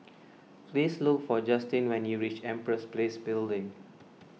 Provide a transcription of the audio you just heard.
please look for Justin when you reach Empress Place Building